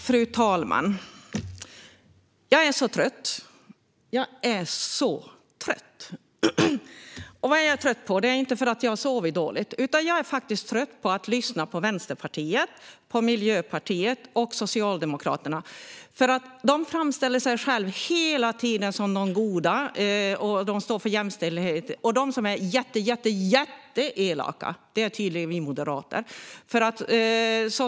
Fru talman! Jag är så trött. Vad är jag trött på? Jag är inte trött för att jag har sovit dåligt, utan jag är faktiskt trött på att lyssna på Vänsterpartiet, på Miljöpartiet och på Socialdemokraterna. De framställer hela tiden sig själva som de goda och som de som står för jämställdhet. Och de som är jätteelaka det är tydligen vi moderater.